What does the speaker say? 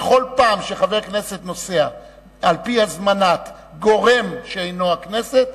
בכל פעם שחבר כנסת נוסע על-פי הזמנת גורם שאינו הכנסת,